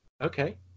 Okay